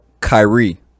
Kyrie